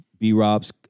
B-Rob's